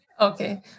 Okay